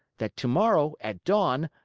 that tomorrow, at dawn,